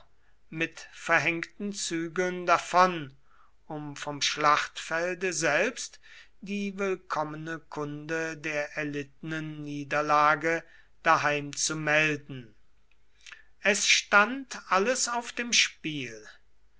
mit verhängten zügeln davon um vom schlachtfelde selbst die willkommene kunde der erlittenen niederlage daheim zu melden es stand alles auf dem spiel